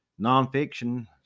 nonfiction